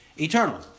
eternal